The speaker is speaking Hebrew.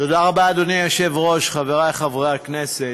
תודה רבה, אדוני היושב-ראש, חברי חברי הכנסת,